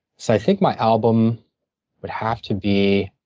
so i think my album would have to be